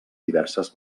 diverses